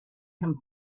him